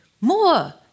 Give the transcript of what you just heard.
more